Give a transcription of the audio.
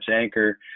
anchor